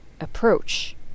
approach